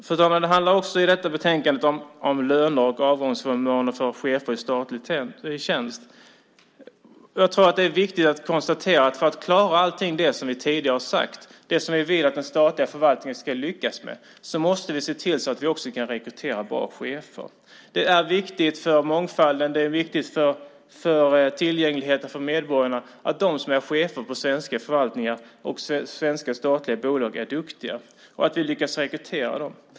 Fru talman! Det handlar i detta betänkande också om löner och avgångsförmåner för chefer i statlig tjänst. Jag tror att det är viktigt att konstatera att för att klara allt det som vi tidigare har sagt, det som vi vill att den statliga förvaltningen ska lyckas med, så måste vi se till så att vi också kan rekrytera bra chefer. Det är viktigt för mångfalden, det är viktigt för tillgängligheten för medborgarna att de som är chefer på svenska förvaltningar och svenska statliga bolag är duktiga och att vi lyckas rekrytera dem.